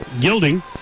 Gilding